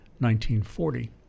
1940